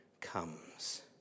comes